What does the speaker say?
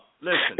listen